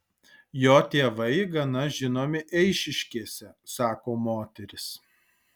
jo tėvai gana žinomi eišiškėse sako moteris